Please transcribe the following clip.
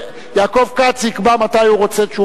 מציע את זה כהצעה לסדר-היום ולא, לא.